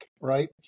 right